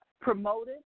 promoted